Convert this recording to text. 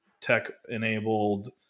tech-enabled